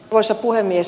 arvoisa puhemies